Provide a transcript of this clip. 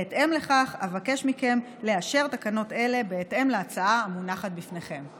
בהתאם לכך אבקש מכם לאשר תקנות אלה בהתאם להצעה המונחת בפניכם.